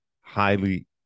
highly